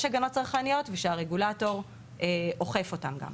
הגנות צרכניות ושהרגולטור אוכף אותם גם.